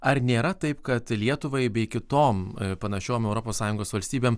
ar nėra taip kad lietuvai bei kitom panašiom europos sąjungos valstybėm